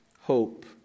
hope